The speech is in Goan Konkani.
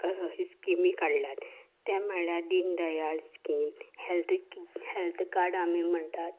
स्किमी काडल्यात ते म्हळ्यार Deendayal scheme health health card आमी म्हणटात